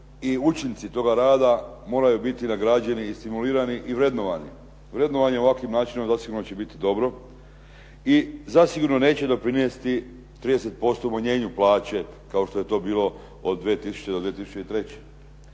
učinci toga rada moraju biti nagrađeni, stimulirani i vrednovani. Vrednovanje ovakvim načinom zasigurno će biti dobro i zasigurno neće doprinijeti 30% umanjenu plaće kao što je to bilo od 2000. do 2003.